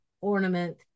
ornament